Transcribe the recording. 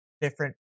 different